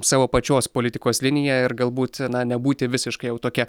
savo pačios politikos liniją ir galbūt na nebūti visiškai jau tokia